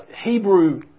Hebrew